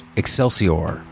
excelsior